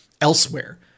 elsewhere